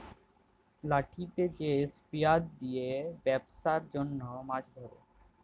লাঠিতে যে স্পিয়ার দিয়ে বেপসার জনহ মাছ ধরে